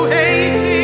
hate